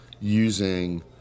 using